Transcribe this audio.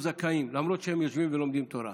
זכאים למרות שהם יושבים ולומדים תורה.